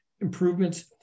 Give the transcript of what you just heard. improvements